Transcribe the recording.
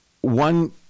one